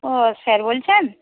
ও sir বলছেন